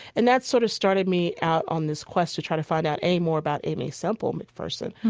and that sort of started me out on this quest to try to find out any more about aimee semple mcpherson,